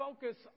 focus